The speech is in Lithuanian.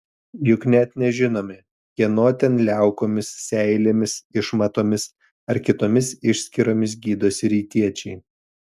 juk net nežinome kieno ten liaukomis seilėmis išmatomis ar kitomis išskyromis gydosi rytiečiai